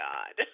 God